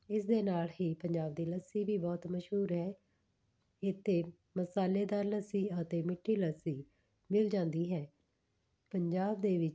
ਇਸ ਦੇ ਨਾਲ ਹੀ ਪੰਜਾਬ ਦੀ ਲੱਸੀ ਵੀ ਬਹੁਤ ਮਸ਼ਹੂਰ ਹੈ ਇੱਥੇ ਮਸਾਲੇਦਾਰ ਲੱਸੀ ਅਤੇ ਮਿੱਠੀ ਲੱਸੀ ਮਿਲ ਜਾਂਦੀ ਹੈ ਪੰਜਾਬ ਦੇ ਵਿੱਚ